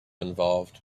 involved